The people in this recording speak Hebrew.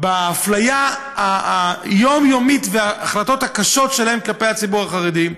האפליה היומיומית וההחלטות הקשות שלהם כלפי הציבור החרדי.